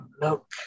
look